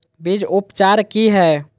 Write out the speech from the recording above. बीज उपचार कि हैय?